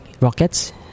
rockets